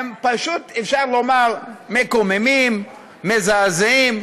פשוט אפשר לומר שהם מקוממים, מזעזעים,